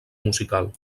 musical